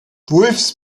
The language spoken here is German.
wolffs